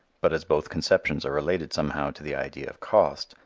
but as both conceptions are related somehow to the idea of cost,